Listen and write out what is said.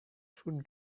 should